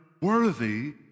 worthy